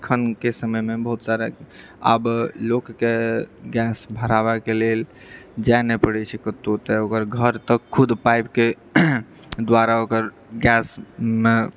एखनके समयमे बहुत सारा आब लोककेँ गैस भराबएकेँ लेल जाए नहि पड़ैत छै कतहुँ तऽ ओकर घर खुद पाइपके द्वारा ओकर गैसमे